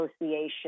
association